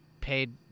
paid